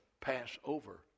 Passover